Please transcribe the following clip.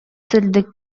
сырдык